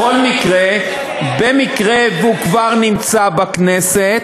ברגע שיש, בכל מקרה, במקרה שהוא כבר נמצא בכנסת,